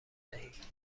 دهید